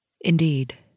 Indeed